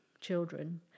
children